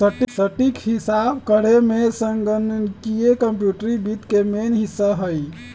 सटीक हिसाब करेमे संगणकीय कंप्यूटरी वित्त के मेन हिस्सा हइ